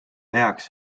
heaks